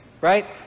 right